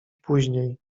później